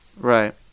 Right